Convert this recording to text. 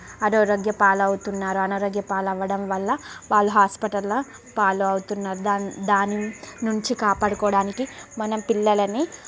అనారోగ్య పాలవుతున్నారు అనారోగ్య పాలవ్వడం వల్ల వాళ్ళు హాస్పిటళ్ళ పాలు అవుతున్నారు దాని దాని నుంచి కాపాడుకోడానికి మనం పిల్లలని